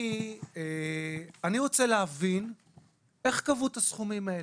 אני רוצה להבין איך קבעו את הסכומים האלה.